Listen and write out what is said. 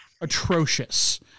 atrocious